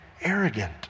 arrogant